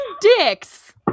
dicks